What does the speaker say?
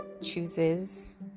chooses